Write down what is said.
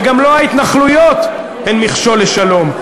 וגם לא ההתנחלויות הן מכשול לשלום,